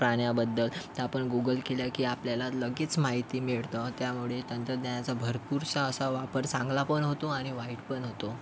प्राण्याबद्दल तर आपण गुगल केलं की आपल्याला लगेच माहिती मिळतं त्यामुळे तंत्रज्ञानाचा भरपूर असा वापर चांगला पण होतो आणि वाईट पण होतो